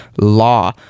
law